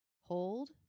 Hold